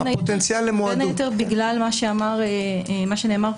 בין היתר בגלל מה שנאמר קודם,